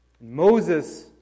Moses